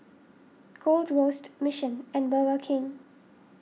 Gold Roast Mission and Burger King